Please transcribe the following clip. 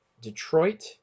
Detroit